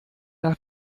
nach